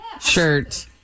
shirt